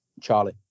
Charlie